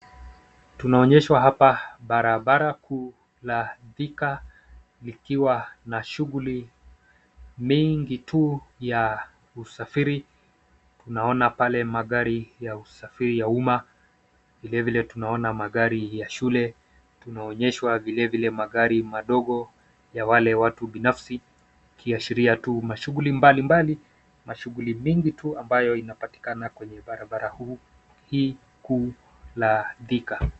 Tunaonyeshwa hapa barabara kuu la Thika likiwa na shughuli mingi tu ya usafiri. Tunaona pale magari ya usafiri ya umma, Vilevile tunaona magari ya shule. Tunaonyeshwa vilevile magari madogo ya wale watu binafsi ikiashiria tu mashughuli mbalimbali, mashughuli mingi tu ambayo inapatikana kwenye barabara hii kuu la Thika.